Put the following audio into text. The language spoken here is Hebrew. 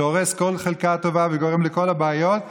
שהורס כל חלקה טובה וגורם לכל הבעיות,